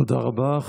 תודה רבה.